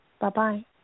Bye-bye